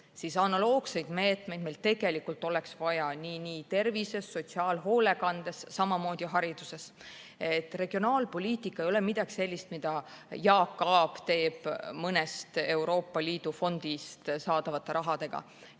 oleks analoogseid meetmeid meil tegelikult vaja nii tervishoius, sotsiaalhoolekandes kui ka hariduses. Regionaalpoliitika ei ole miski, mida Jaak Aab teeb mõnest Euroopa Liidu fondist saadava rahaga.